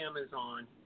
Amazon